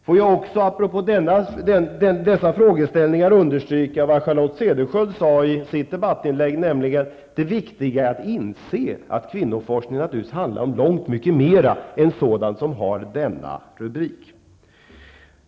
Får jag också, apropå dessa frågeställningar, understryka vad Charlotte Cederschiöld sade i sitt debattinlägg, nämligen att det viktiga är att inse att kvinnoforskning naturligtvis handlar om långt mycket mer än sådant som har denna rubrik.